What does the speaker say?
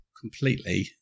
completely